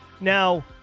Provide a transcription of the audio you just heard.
now